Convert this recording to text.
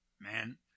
Man